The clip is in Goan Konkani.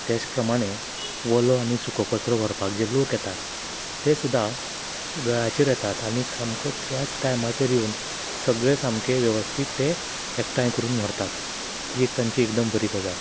तेच प्रमाणें ओलो आनी सुको कचरो व्हरपाक जे लोक येतात ते सुद्दां वेळाचेर येतात आनी सामको त्याच टायमाचेर येवन सगलें सामकें वेवस्थीत ते एकठांय करून व्हरतात ही तांची एकदम बरी गजाल